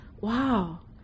wow